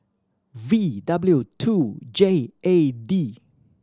V W two J A D